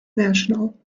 national